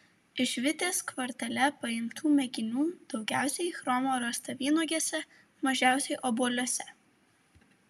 iš vitės kvartale paimtų mėginių daugiausiai chromo rasta vynuogėse mažiausiai obuoliuose